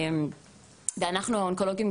אנחנו האונקולוגים,